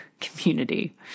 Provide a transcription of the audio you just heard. community